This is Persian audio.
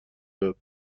داد